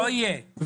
לא יהיה.